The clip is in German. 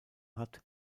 hat